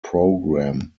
program